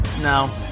No